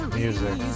music